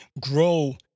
grow